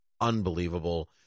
unbelievable